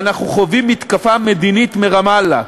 ואנחנו חווים מתקפה מדינית מרמאללה.